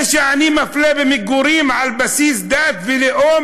זה שאני מפלה במגורים על בסיס דת ולאום,